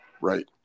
right